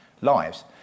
lives